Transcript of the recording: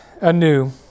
anew